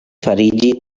fariĝi